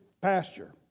pasture